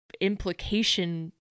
implication